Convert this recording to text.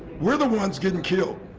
we're the ones getting killed.